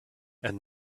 and